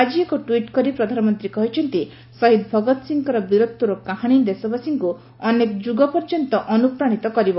ଆଜି ଏକ ଟ୍ୱିଟ୍ କରି ପ୍ରଧାନମନ୍ତ୍ରୀ କହିଛନ୍ତି ଶହୀଦ ଭଗତ ସିଂଙ୍କର ବୀରତ୍ପର କାହାଣୀ ଦେଶବାସୀଙ୍କୁ ଅନେକ ଯୁଗ ପର୍ଯ୍ୟନ୍ତ ଅନୁପ୍ରାଣୀତ କରିବ